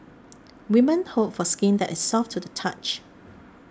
women hope for skin that is soft to the touch